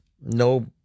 no